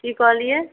की कहलियै